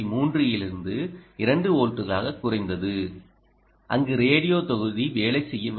3 இலிருந்து 2 வோல்ட்டுகளாகக் குறைந்தது அங்கு ரேடியோ தொகுதி வேலை செய்யவில்லை